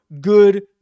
Good